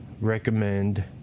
recommend